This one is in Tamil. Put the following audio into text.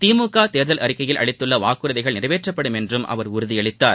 திமுக தேர்தல் அறிக்கையில் அளித்துள்ள வாக்குறுதிகள் நிறைவேற்றப்படும் என்றும் அவர் உறுதியளித்தார்